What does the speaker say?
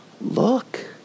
look